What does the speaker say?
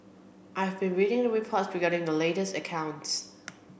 I have been reading the reports regarding the latest accounts